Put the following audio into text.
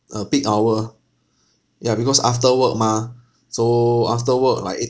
uh peak hour ya because after work mah so after work like eight